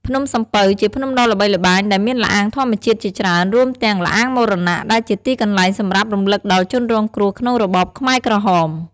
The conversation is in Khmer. ភ្នំសំពៅ ជាភ្នំដ៏ល្បីល្បាញដែលមានល្អាងធម្មជាតិជាច្រើន រួមទាំង ល្អាងមរណៈ ដែលជាទីកន្លែងសម្រាប់រំលឹកដល់ជនរងគ្រោះក្នុងរបបខ្មែរក្រហម។